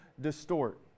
distort